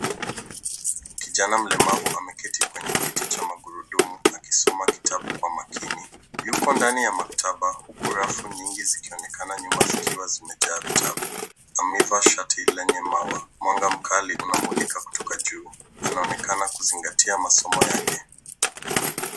Kijana mlemavu ameketi kwenye kiti cha magurudumu akisoma kitabu kwa makini. Yuko ndani ya maktaba huku rafu nyingi zikionekana nyuma zikiwa zimejaa vitabu. Amevaa shati lenye maua. Mwanga mkali unamulika kutoka juu. Anaonekana kuzingatia masomo yake.